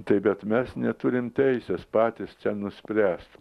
taip bet mes neturim teisės patys nuspręst